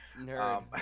nerd